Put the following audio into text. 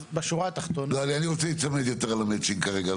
אני רוצה להיצמד למצ'ינג כרגע,